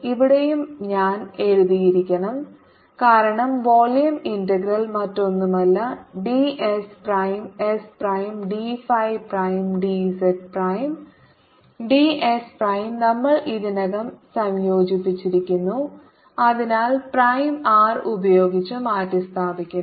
ഇവിടെയും ഞാൻ എഴുതിയിരിക്കണം കാരണം വോളിയം ഇന്റഗ്രൽ മറ്റൊന്നുമല്ല ds prime s prime d phi prime dz prime ds prime നമ്മൾ ഇതിനകം സംയോജിപ്പിച്ചിരിക്കുന്നു അതിനാൽ പ്രൈം r ഉപയോഗിച്ച് മാറ്റിസ്ഥാപിക്കുന്നു